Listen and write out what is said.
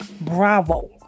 Bravo